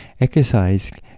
Exercise